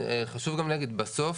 חשוב גם להגיד.: בסוף,